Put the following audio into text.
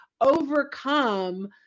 overcome